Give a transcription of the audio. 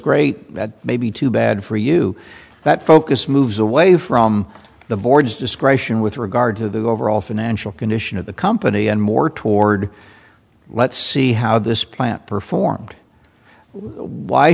great that may be too bad for you that focus moves away from the board's discretion with regard to the overall financial condition of the company and more toward let's see how this plant performed why